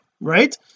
right